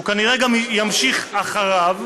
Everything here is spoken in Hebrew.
הוא כנראה גם ימשיך אחריו.